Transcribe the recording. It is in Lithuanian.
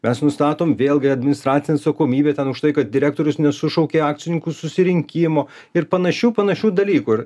mes nustatom vėlgi administracinę atsakomybę už tai kad direktorius nesušaukė akcininkų susirinkimo ir panašių panašių dalykų